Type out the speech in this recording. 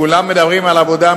כולם מדברים על עבודה,